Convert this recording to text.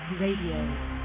Radio